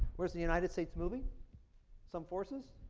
where is the united states moving some forces?